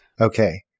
Okay